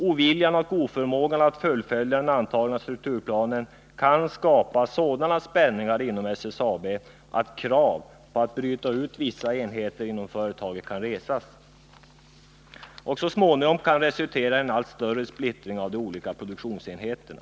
Oviljan och oförmågan att fullfölja den antagna strukturplanen kan skapa sådana spänningar inom SSAB att krav på att bryta ut vissa enheter ur företaget kan resas och så småningom kan resultera i en allt större splittring av de olika produktionsenheterna.